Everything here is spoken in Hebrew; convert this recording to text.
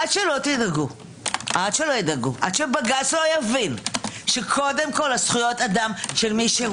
עד שבג"ץ לא יבין שקודם כל זכויות אדם של מי שהוא